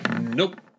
Nope